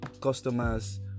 customers